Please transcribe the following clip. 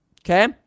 okay